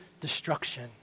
destruction